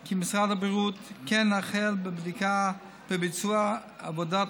כי משרד הבריאות כן החל בביצוע עבודת